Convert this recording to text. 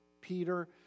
Peter